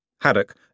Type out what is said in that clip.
Haddock